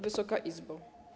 Wysoka Izbo!